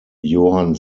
johann